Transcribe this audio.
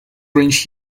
range